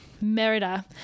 Merida